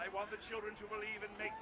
i want the children to believe and make